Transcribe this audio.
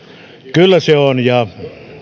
kyllä se on ja